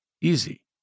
easy